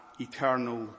eternal